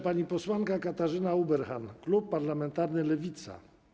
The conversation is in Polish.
Pani poseł Katarzyna Ueberhan, klub parlamentarny Lewica.